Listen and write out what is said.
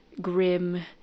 grim